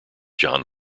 john